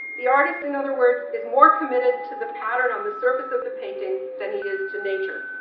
the artist, in other words, is more committed to the pattern on the surface of the painting, than he is to nature.